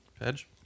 Edge